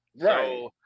Right